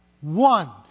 one